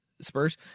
Spurs